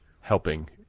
helping